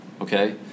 okay